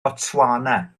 botswana